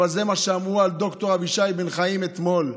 אבל זה מה שאמרו על ד"ר אבישי בן-חיים אתמול.